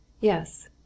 Yes